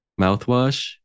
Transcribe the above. mouthwash